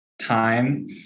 time